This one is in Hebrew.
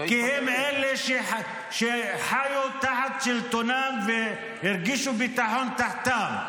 כי הם אלה שחיו תחת שלטונם והרגישו ביטחון תחתם.